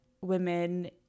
women